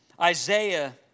Isaiah